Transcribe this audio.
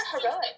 heroic